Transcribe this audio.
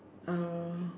uh